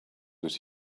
what